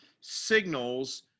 signals